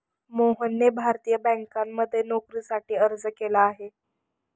मोहनने भारतीय बँकांमध्ये नोकरीसाठी अर्ज केला आहे